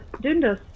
Dundas